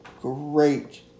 great